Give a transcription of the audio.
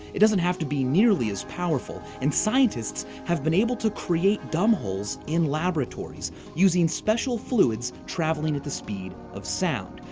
it doesn't have to be nearly as powerful and scientists have been able to create dumbholes in laboratories using special fluids traveling at the speed of sound.